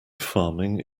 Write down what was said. farming